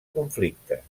conflictes